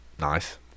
nice